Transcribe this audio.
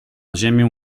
ziemię